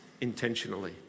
intentionally